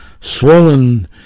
swollen